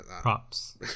props